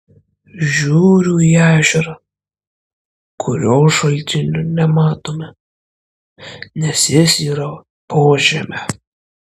žiūriu į ežerą kurio šaltinio nematome nes jis yra po žeme